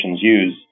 use